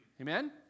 Amen